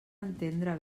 entendre